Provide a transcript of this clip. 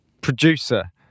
producer